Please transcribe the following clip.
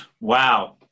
Wow